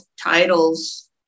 titles